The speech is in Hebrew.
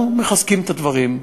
אנחנו מחזקים את הדברים.